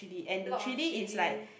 lot of chili